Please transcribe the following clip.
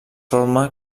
forma